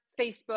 Facebook